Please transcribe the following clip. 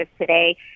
today